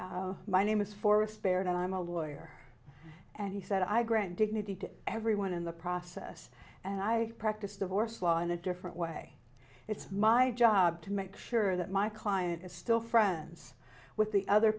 my name is for risperdal i'm a lawyer and he said i grant dignity to everyone in the process and i practice divorce law in a different way it's my job to make sure that my client is still friends with the other